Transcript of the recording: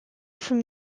from